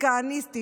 כהניסטית,